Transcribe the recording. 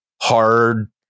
hard